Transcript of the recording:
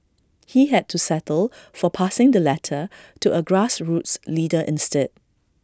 he had to settle for passing the letter to A grassroots leader instead